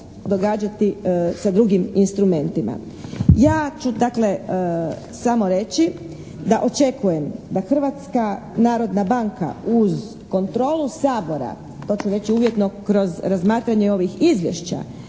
događati sa drugim instrumentima. Ja ću, dakle, samo reći da očekujem da Hrvatska narodna banka uz kontrolu Sabora, hoću reći uvjetno kroz razmatranjem ovih izvješća,